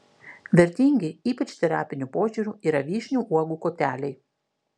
vertingi ypač terapiniu požiūriu yra vyšnių uogų koteliai